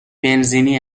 بنزینی